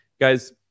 Guys